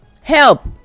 Help